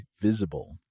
visible